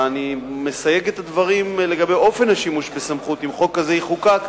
אני מסייג את הדברים לגבי אופן השימוש בסמכות אם החוק הזה יחוקק.